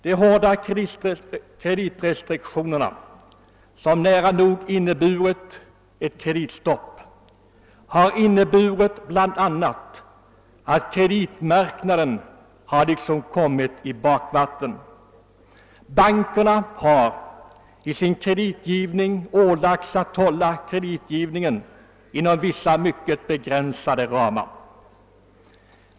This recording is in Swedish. De hårda kreditrestriktionerna, som nära nog inneburit ett kreditstopp, har medfört att kreditmarknaden liksom kommit i bakvatten. Bankerna har ålagts att hålla sin kreditgivning inom mycket begränsade ramar.